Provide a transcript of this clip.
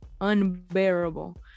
unbearable